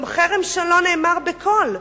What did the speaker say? גם חרם שלא נאמר בקול,